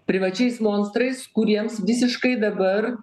privačiais monstrais kuriems visiškai dabar